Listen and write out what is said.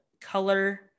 color